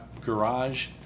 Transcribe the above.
garage